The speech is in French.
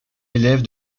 élève